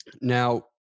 Now